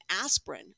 aspirin